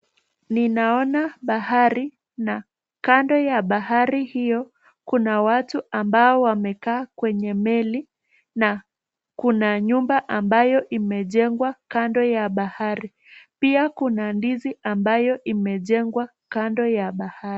Ninaona bahari na kando ya bahari hiyo kuna watu ambao wamekaa kwenye meli na kuna nyumba ambayo imejengwa kando ya bahari. Pia kuna ndizi ambayo imejengwa kando ya bahari.